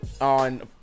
on